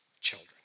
children